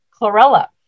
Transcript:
chlorella